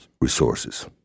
resources